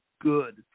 good